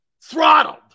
Throttled